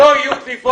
לא יהיו דליפות.